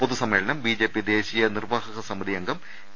പൊതുസമ്മേളനം B J P ദേശീയ നിർവാഹക സമിതി അംഗം പി